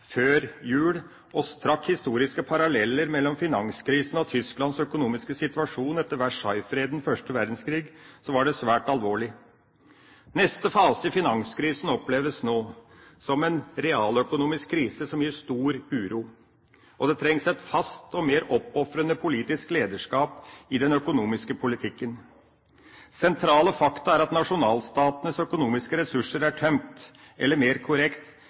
før jul og trakk historiske paralleller mellom finanskrisen og Tysklands økonomiske situasjon etter Versailles-freden etter første verdenskrig, var det svært alvorlig. Neste fase i finanskrisen oppleves nå som en realøkonomisk krise som gir stor uro, og det trengs et fast og mer oppofrende politisk lederskap i den økonomiske politikken. Sentrale fakta er at nasjonalstatenes økonomiske ressurser er tømt. Eller mer korrekt: